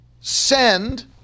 Send